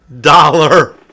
dollar